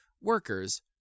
workers